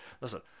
Listen